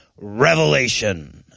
Revelation